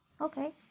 Okay